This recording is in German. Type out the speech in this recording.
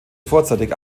vorzeitig